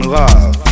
love